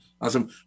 Awesome